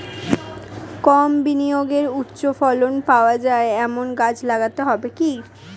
কম বিনিয়োগে উচ্চ ফলন পাওয়া যায় এমন গাছ লাগাতে হবে কি?